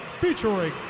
featuring